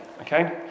Okay